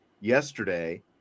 yesterday